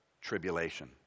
tribulation